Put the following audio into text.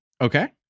Okay